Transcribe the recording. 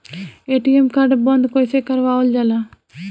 ATM card बन्द कईसे करावल जाला?